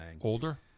Older